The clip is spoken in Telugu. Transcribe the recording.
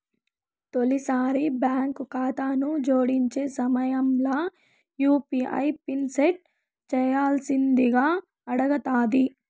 తొలిసారి బాంకు కాతాను జోడించే సమయంల యూ.పీ.ఐ పిన్ సెట్ చేయ్యాల్సిందింగా అడగతాది